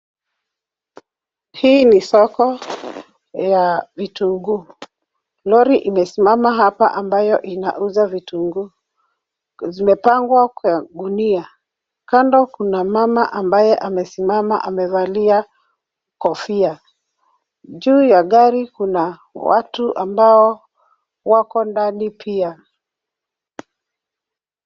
Hii ni soko ya vitunguu. Lori imesimama hapa ambayo inauza vitunguu. Zimepangwa kwa gunia. Kando kuna mama ambaye amesimama. Amevalia kofia. Juu ya gari kuna watu ambao wako ndani pia.